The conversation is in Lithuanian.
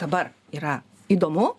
dabar yra įdomu